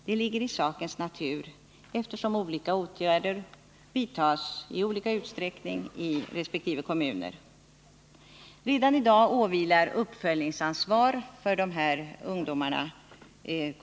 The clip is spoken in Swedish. Det ligger i sakens natur, eftersom olika åtgärder vidtas i olika utsträckning i resp. kommun. Redan i dag åvilar det kommunerna ett uppföljningsansvar för de här ungdomarna.